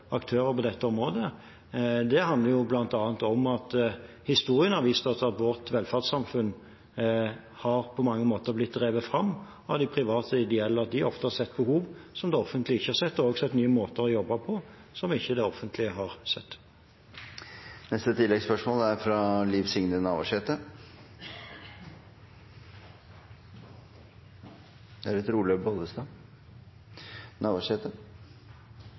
aktører på dette området, handler det bl.a. om at historien har vist at vårt velferdssamfunn på mange måter har blitt drevet fram av de private og ideelle. De har ofte sett behov som det offentlige ikke har sett, og også sett nye måter å jobbe på som ikke det offentlige har sett. Liv Signe Navarsete – til oppfølgingsspørsmål. Når temaet er